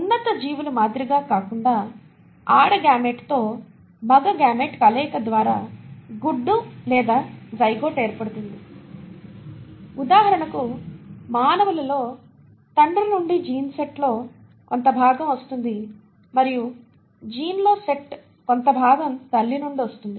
ఉన్నత జీవుల మాదిరిగా కాకుండా ఆడ గామేట్తో మగ గామేట్ కలయిక ద్వారా గుడ్డు లేదా జైగోట్ ఏర్పడుతుంది ఉదాహరణకు మానవులలో తండ్రి నుండి జీన్ సెట్ లో కొంత భాగం వస్తుంది మరియు జీన్లో సెట్ కొంత భాగం తల్లి నుండి వస్తుంది